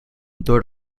door